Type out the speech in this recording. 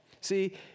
See